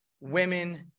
women